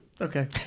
okay